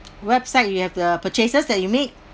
website you have the purchases that you make